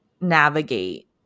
navigate